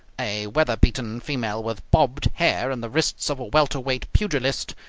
a weather-beaten female with bobbed hair and the wrists of a welterweight pugilist,